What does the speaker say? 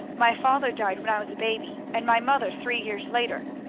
my father died when i was a baby, and my mother three years later.